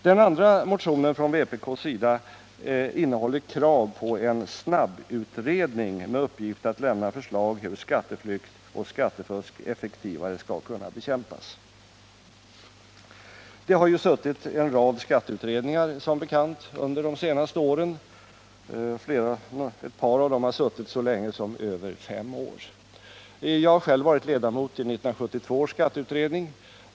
Den andra motionen från vpk innehåller krav på en snabbutredning med uppgift att lämna förslag om hur skatteflykt och skattefusk effektivare skall kunna bekämpas. Det har som bekant suttit en rad skatteutredningar under de senaste åren. Ett par av dem har suttit så länge som fem år. Jag var själv ledamot av 1972 års skatteutredning.